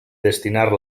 destinar